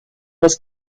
was